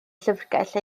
llyfrgell